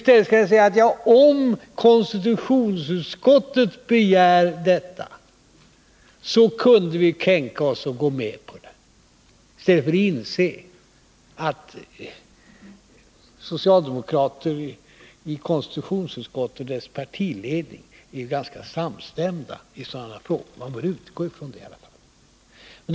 Alltså säger man att om konstitutionsutskottet begär detta så kunde man tänka sig att gå med på det, i stället för att inse att socialdemokrater i konstitutionsutskottet och deras partiledning är ganska samstämda i sådana här frågor; man bör utgå från det i alla fall.